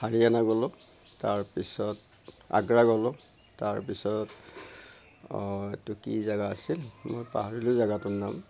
হাৰিয়ানা গ'লো তাৰপিছত আগ্ৰা গ'লো তাৰপিছত এইটো কি জাগা আছিল মই পাহৰিলোঁ জাগাটোৰ নাম